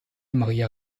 maria